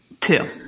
Two